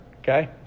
okay